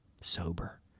sober